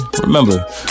remember